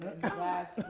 Glass